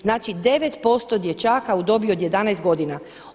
Znači 9% dječaka u dobi od 11 godina.